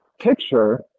picture